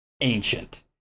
ancient